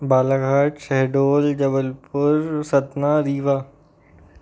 Balaghat Shahdol Jabalpur Satna Rewa